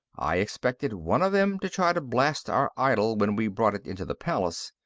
i expected one of them to try to blast our idol when we brought it into the palace.